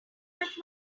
much